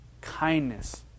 kindness